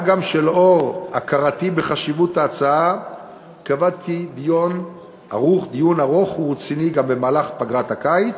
מה גם שלאור הכרתי בחשיבות ההצעה קבעתי דיון ארוך ורציני גם בפגרת הקיץ,